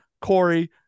Corey